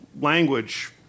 language